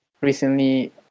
recently